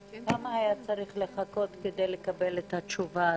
כמה היה צריך לחכות כדי לקבל את התשובה הזו?